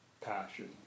passion